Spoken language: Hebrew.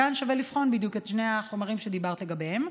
כאן שווה לבחון בדיוק את שני החומרים שדיברת עליהם.